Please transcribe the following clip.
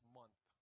month